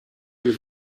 you